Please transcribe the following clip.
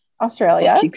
Australia